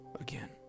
again